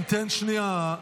המתן שנייה.